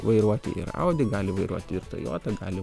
vairuoti ir audi gali vairuoti ir toyota gali